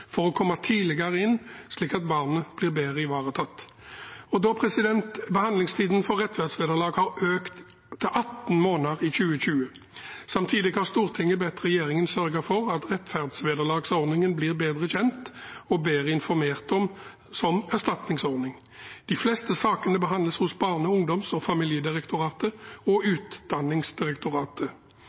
for å komme tidligere inn, slik at barnet blir bedre ivaretatt. Behandlingstiden for rettferdsvederlag har økt til 18 måneder i 2020. Samtidig har Stortinget bedt regjeringen sørge for at rettferdsvederlagsordningen blir bedre kjent og bedre informert om som erstatningsordning. De fleste sakene behandles hos Barne-, ungdoms- og familiedirektoratet og Utdanningsdirektoratet.